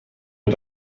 wir